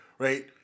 right